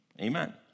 amen